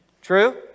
True